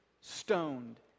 stoned